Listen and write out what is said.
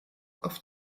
auf